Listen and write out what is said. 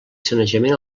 sanejament